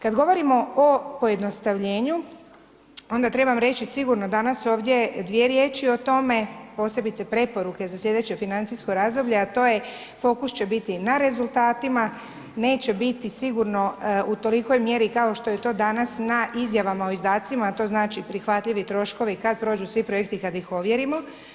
Kada govorimo o pojednostavljenju, onda trebam reći sigurno danas ovdje 2 riječi o tome, posebice preporuke za sljedeće financijsko razdoblje, a to je fokus će biti na rezultatima, neće biti sigurno u tolikoj mjeri, kao što je to danas, na izjavama o izdacima, a to znači prihvatljivi troškovi, kada prođu svi projekti, kada ih ovjerimo.